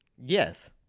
Yes